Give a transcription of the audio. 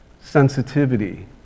sensitivity